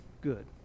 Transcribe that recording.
good